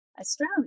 australia